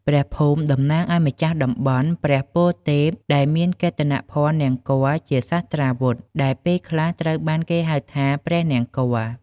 ព្រះភូមិ តំណាងឱ្យម្ចាស់តំបន់ព្រះពលទេព ដែលមានកេតនភណ្ឌ នង្គ័លជាសាស្ត្រាវុធ ដែលពេលខ្លះត្រូវបានគេហៅថា ព្រះនង្គ័ល ។